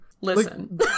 Listen